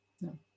No